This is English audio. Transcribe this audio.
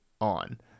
on